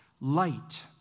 Light